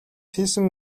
хийсэн